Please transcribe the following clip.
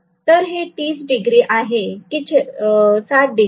तर हे 30 डिग्री आहे की 60 डिग्री